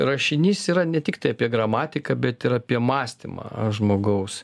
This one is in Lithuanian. rašinys yra ne tiktai apie gramatiką bet ir apie mąstymą žmogaus